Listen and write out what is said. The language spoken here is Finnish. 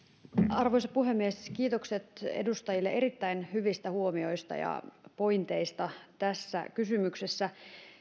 arvoisa puhemies kiitokset edustajille erittäin hyvistä huomioista ja pointeista tässä kysymyksessä